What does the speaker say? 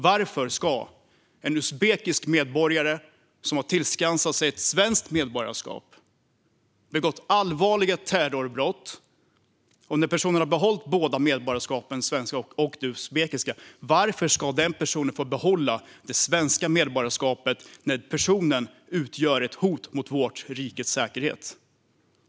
Tänk er en uzbekisk medborgare som har tillskansat sig ett svenskt medborgarskap, begått allvarliga terrorbrott och behållit båda medborgarskapen - det svenska och det uzbekiska. Varför ska den här personen få behålla det svenska medborgarskapet när han utgör ett hot mot vårt rikes säkerhet?